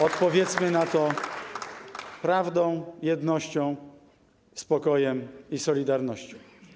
Odpowiedzmy na to prawdą, jednością, spokojem i solidarnością.